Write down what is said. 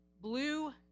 blue